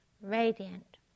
radiant